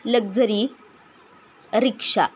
luxury rickshaw